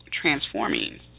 transforming